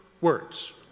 words